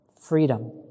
freedom